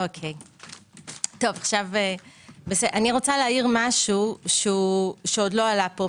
אני רוצה להעיר משהו שעוד לא עלה פה.